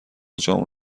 جامعه